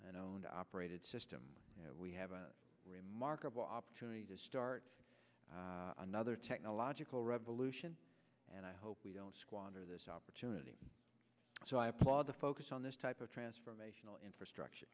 and owned operated system we have a remarkable opportunity to start another technological revolution and i hope we don't squander this opportunity so i applaud the focus on this type of transformational infrastructure